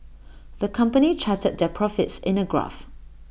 the company charted their profits in A graph